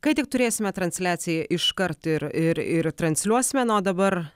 kai tik turėsime transliaciją iškart ir ir ir transliuosime na o dabar